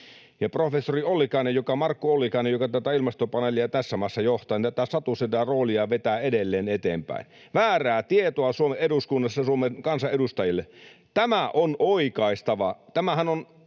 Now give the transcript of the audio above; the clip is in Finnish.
professori Markku Ollikainen, joka Ilmastopaneelia tässä maassa johtaa, tätä satusedän roolia vetää edelleen eteenpäin — väärää tietoa Suomen eduskunnassa Suomen kansan edustajille. Tämä on oikaistava. Tämähän on